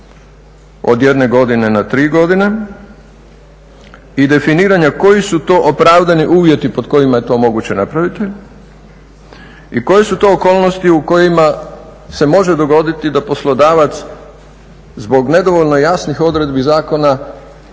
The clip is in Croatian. od 1 godine na 3 godine i definiranja koji su to opravdani uvjeti pod kojima je to moguće napraviti i koje su to okolnostima u kojima se može dogoditi da poslodavac zbog nedovoljno jasnih odredbi zakona